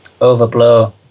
overblow